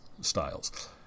styles